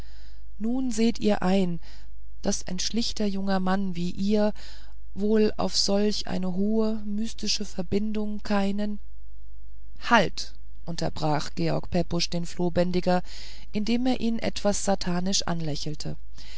nun seht ihr ein daß ein schlichter junger mann wie ihr wohl auf solch eine hohe mystische verbindung keinen halt unterbrach george pepusch den flohbändiger indem er ihn etwas satanisch anlächelte